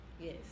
Yes